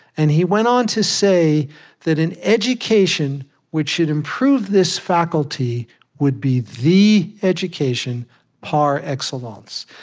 and he went on to say that an education which would improve this faculty would be the education par excellence.